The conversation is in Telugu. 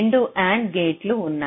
రెండు AND గేట్లు ఉన్నాయి